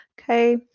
Okay